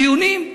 דיונים.